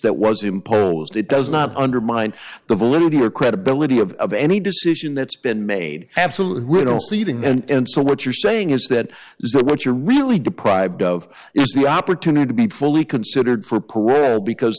that was imposed it does not undermine the validity or credibility of of any decision that's been made absolutely little seating and so what you're saying is that what you're really deprived of is the opportunity to be fully considered for carette because